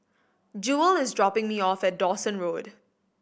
Jewel is dropping me off at Dawson Road